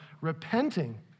repenting